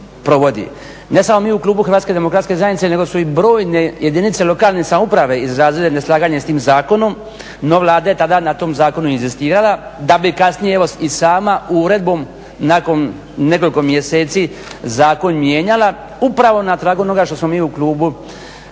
ne samo mi u Klubu HDZ-a nego su i brojne jedinice lokalne samouprave izrazile neslaganje sa tim zakonom, no Vlada je tada na tom zakonu inzistirala da bi kasnije evo i sama uredbom nakon nekoliko mjeseci zakon mijenjala upravo na tragu onoga što smo mi u Klubu